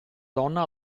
donna